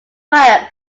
worked